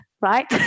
right